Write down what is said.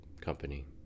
company